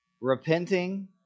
repenting